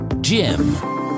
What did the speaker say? Jim